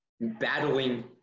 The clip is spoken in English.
battling